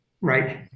Right